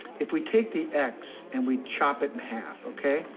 if we take the x and we chop it in half, okay,